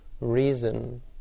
reason